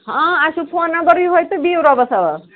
اَسہِ چھُ phone number یِہےَ تہٕ بِہِو رۄبس حوال